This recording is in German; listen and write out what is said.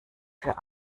für